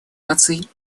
наций